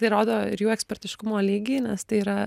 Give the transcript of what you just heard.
tai rodo ir jų ekspertiškumo lygį nes tai yra